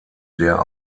der